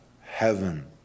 heaven